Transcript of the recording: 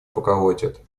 поколотит